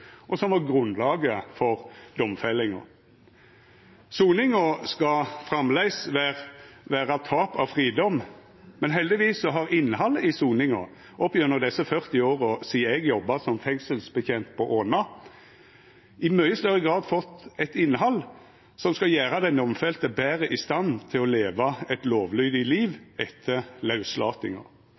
men heldigvis har innhaldet i soninga opp gjennom desse 40 åra sidan eg jobba som fengselsbetjent på Åna, i mykje større grad fått eit innhald som skal gjera den domfelte betre i stand til å leva eit lovlydig liv etter lauslatinga.